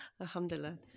Alhamdulillah